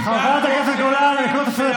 איזו אחריות,